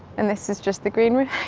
and this is just the green room?